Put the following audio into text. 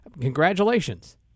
Congratulations